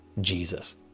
Jesus